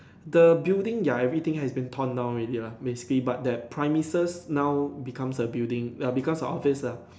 the building ya everything has been torn down already lah basically but that premises now becomes a building err becomes a office lah